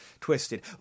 twisted